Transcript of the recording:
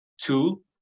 two